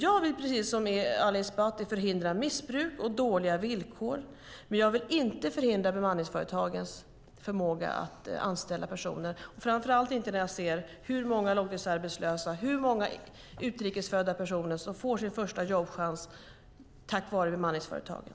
Jag vill precis som Ali Esbati förhindra missbruk och dåliga villkor, men jag vill inte förhindra bemanningsföretagen att anställa personer, framför allt inte när jag ser hur många långtidsarbetslösa och utrikesfödda som får sin första jobbchans tack vare bemanningsföretagen.